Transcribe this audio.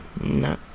No